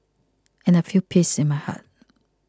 and I feel peace in my heart